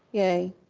yea.